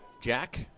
Jack